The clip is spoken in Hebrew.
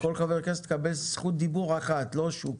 כל חבר כנסת יקבל זכות דיבור אחת ולא שוק.